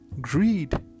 Greed